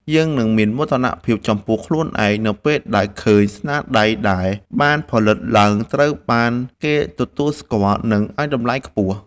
អ្នកនឹងមានមោទនភាពចំពោះខ្លួនឯងនៅពេលដែលឃើញស្នាដៃដែលបានផលិតឡើងត្រូវបានគេទទួលស្គាល់ និង ឱ្យតម្លៃខ្ពស់។